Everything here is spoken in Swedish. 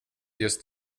just